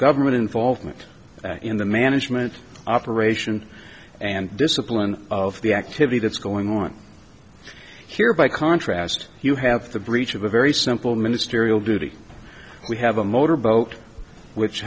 government involvement in the management operation and discipline of the activity that's going on here by contrast you have the breach of a very simple ministerial duty we have a motor boat which